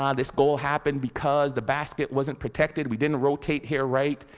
um this goal happened because the basket wasn't protected, we didn't rotate here, right?